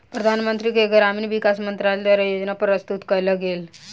प्रधानमंत्री के ग्रामीण विकास मंत्रालय द्वारा योजना प्रस्तुत कएल गेल